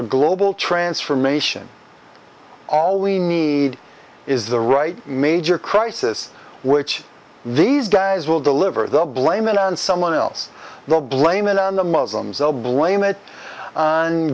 a global transformation all we need is the right major crisis which these guys will deliver they'll blame it on someone else they'll blame it on the muslims though blame it on